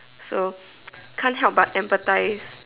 so can't help but empathize